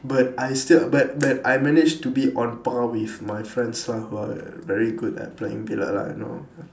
but I still but but I managed to be on par with my friends lah who are very good at playing billiard lah you know